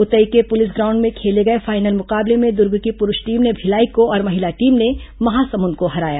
उतई के police ground में खेले गए फाइनल मुकाबले में दुर्ग की पुरूष टीम ने भिलाई को और महिला टीम ने महासमुंद को हराया